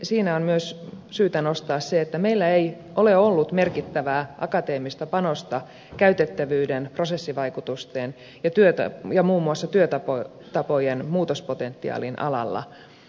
siinä on myös syytä nostaa se esille että meillä ei ole ollut merkittävää akateemista panosta käytettävyyden prosessivaikutusten ja muun muassa työtapojen muutospotentiaalin alalla